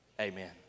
amen